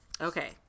Okay